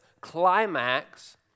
climax